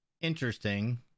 interesting